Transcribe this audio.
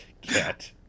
cat